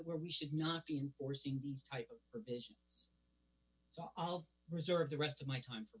where we should not be enforcing these type provisions so i'll reserve the rest of my time for